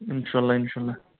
انشاء اللہ انشاء اللہ